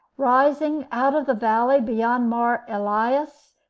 rising out of the valley beyond mar elias,